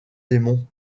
démons